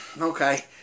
Okay